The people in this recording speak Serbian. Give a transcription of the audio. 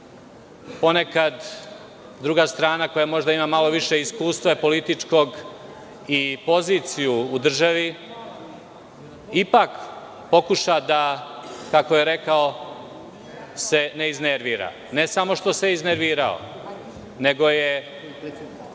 da ponekad druga strana koja ima možda malo više iskustva političkog i poziciju u državi, ipak pokuša da, kako je rekao, se ne iznervira. Ne samo što se iznervirao, nego je